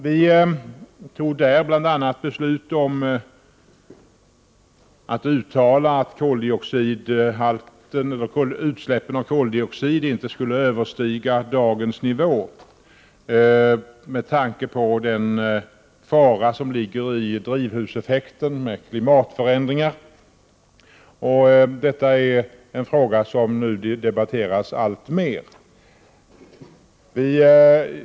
Vi fattade bl.a. beslut om att uttala att utsläppen av koldioxid inte skulle överstiga dagens nivå med tanke på den fara som ligger i drivhuseffekten med klimatförändringar. Detta är en fråga som nu debatteras alltmer.